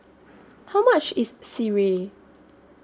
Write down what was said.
How much IS Sireh